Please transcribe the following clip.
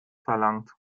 verlangt